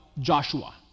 Joshua